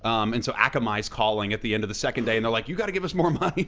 um and so akamai's calling at the end of the second day, and they're like, you gotta give us more money,